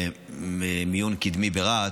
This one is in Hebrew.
למיון קדמי ברהט.